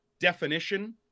definition